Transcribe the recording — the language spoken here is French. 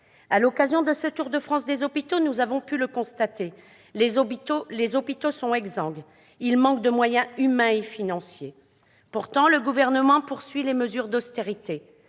À l'occasion de ce tour de France, nous avons pu constater que les hôpitaux étaient exsangues et qu'ils manquaient de moyens humains et financiers. Pourtant, le Gouvernement poursuit les mesures d'austérité.